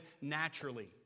naturally